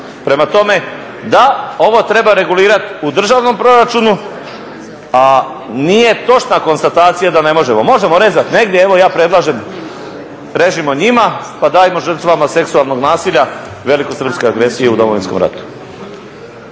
Prema tome, da, ovo treba regulirati u državnom proračunu, a nije točna konstatacija da ne možemo. Možemo rezati negdje, evo ja predlažem režimo njima pa dajmo žrtvama seksualnog nasilja velikosrpske agresije u Domovinskom ratu.